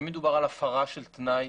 אם מדובר על הפרה של תנאי,